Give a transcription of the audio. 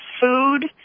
food